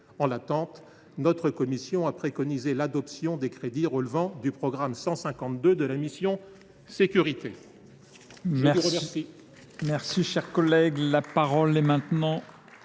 évaluation, notre commission a préconisé l’adoption des crédits relevant du programme 152 de la mission « Sécurités